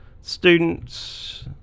students